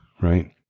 Right